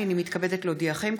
הינני מתכבדת להודיעכם,